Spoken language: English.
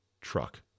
truck